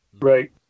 right